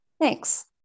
thanks